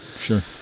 Sure